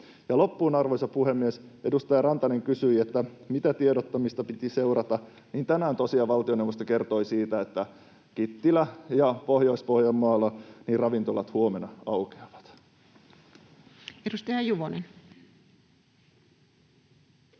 loppuun, kun edustaja Rantanen kysyi, että mitä tiedottamista piti seurata: tänään tosiaan valtioneuvosto kertoi siitä, että Kittilässä ja Pohjois-Pohjanmaalla ravintolat huomenna aukeavat. Edustaja Juvonen.